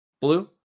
Blue